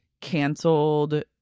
canceled